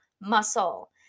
muscle